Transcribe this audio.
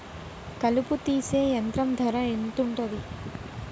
కలుపు తీసే యంత్రం ధర ఎంతుటది?